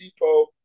Depot